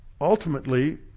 ultimately